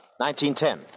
1910